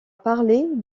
parler